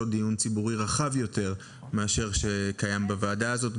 דיון ציבורי רחב יותר מאשר זה שקיים בוועדה הזאת,